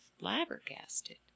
flabbergasted